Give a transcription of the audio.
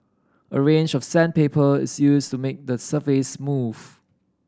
a range of sandpaper is used to make the surface smooth